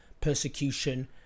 persecution